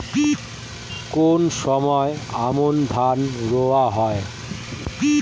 কোন সময় আমন ধান রোয়া হয়?